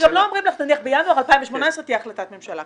גם לא אומרים לך נניח שבינואר 2018 תהיה החלטת ממשלה.